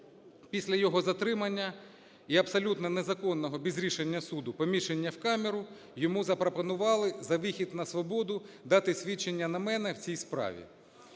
після його затримання і абсолютно незаконного, без рішення суду, поміщення в камеру. Йому запропонували за вихід на свободу дати свідчення на мене у цій справі.